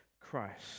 Christ